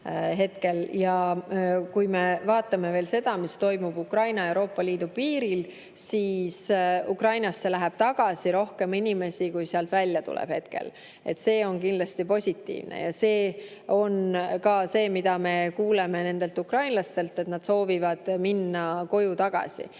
Ja kui me vaatame seda, mis toimub Ukraina ja Euroopa Liidu piiril, siis [näeme, et] Ukrainasse läheb tagasi rohkem inimesi, kui sealt hetkel välja tuleb. See on kindlasti positiivne ja see on see, mida me kuuleme ka ukrainlastelt: nad soovivad minna koju tagasi.